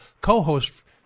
co-host